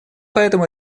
поэтому